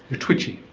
you're twitchy.